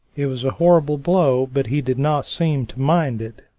it was a terrible blow but he did not seem to mind it,